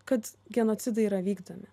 kad genocidai yra vykdomi